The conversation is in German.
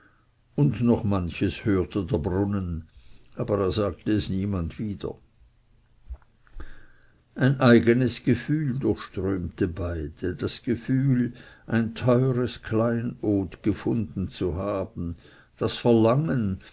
und noch manches hörte der brunnen aber er sagte es niemand wieder ein eigenes gefühl durchströmte beide das gefühl ein teures kleinod gefunden zu haben das verlangen